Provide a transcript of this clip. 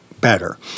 better